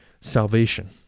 salvation